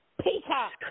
Peacock